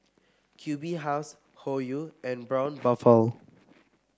Q B House Hoyu and Braun Buffel